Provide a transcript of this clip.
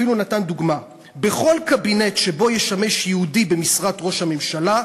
אפילו נתן דוגמה: "בכל קבינט שבו ישמש יהודי במשרת ראש הממשלה,